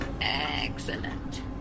Excellent